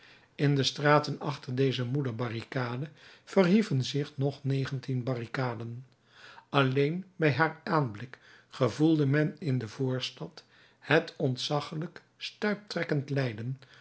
in de straten achter deze moeder barricade verhieven zich nog negentien barricaden alleen bij haar aanblik gevoelde men in de voorstad het ontzaggelijk stuiptrekkend lijden